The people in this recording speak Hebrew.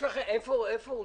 של